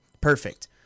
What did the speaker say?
Perfect